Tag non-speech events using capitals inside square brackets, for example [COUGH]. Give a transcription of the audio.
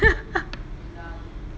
[LAUGHS]